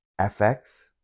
FX